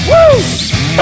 Woo